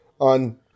on